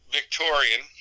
Victorian